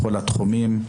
בכל התחומים,